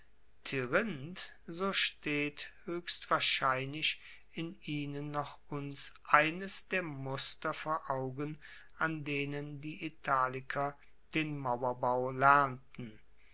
so steht hoechst wahrscheinlich in ihnen noch uns eines der muster vor augen an denen die italiker den mauerbau lernten